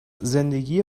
زندگی